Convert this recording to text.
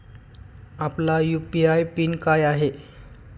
आपला UPI pin काय आहे?